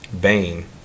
Bane